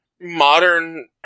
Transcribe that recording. modern